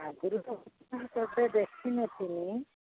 ଆଗରୁ ଦେଖିନଥିଲି